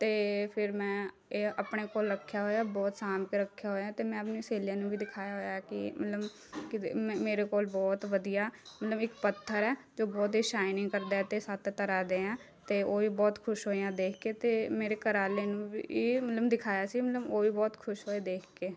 ਅਤੇ ਫਿਰ ਮੈਂ ਇਹ ਆਪਣੇ ਕੋਲ ਰੱਖਿਆ ਹੋਇਆ ਬਹੁਤ ਸਾਂਭ ਕੇ ਰੱਖਿਆ ਹੋਇਆ ਅਤੇ ਮੈਂ ਆਪਣੀ ਸਹੇਲੀਆਂ ਨੂੰ ਵੀ ਦਿਖਾਇਆ ਹੋਇਆ ਹੈ ਕਿ ਮਤਲਬ ਕਿਤੇ ਮੇਰੇ ਕੋਲ ਬਹੁਤ ਵਧੀਆ ਮਤਲਬ ਇੱਕ ਪੱਥਰ ਹੈ ਅਤੇ ਉਹ ਬਹੁਤ ਹੀ ਸ਼ਾਈਨਿੰਗ ਕਰਦਾ ਹੈ ਅਤੇ ਸੱਤ ਤਰ੍ਹਾਂ ਦੇ ਹੈ ਤਾਂ ਉਹ ਵੀ ਬਹੁਤ ਖੁਸ਼ ਹੋਈਆ ਦੇਖ ਕੇ ਅਤੇ ਮੇਰੇ ਘਰਆਲੇ ਨੂੰ ਵੀ ਮਤਲਬ ਦਿਖਾਇਆ ਸੀ ਮਤਲਬ ਉਹ ਵੀ ਬਹੁਤ ਖੁਸ਼ ਹੋਏ ਦੇਖ ਕੇ